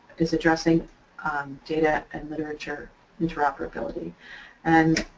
is addressing data and literature interoperability and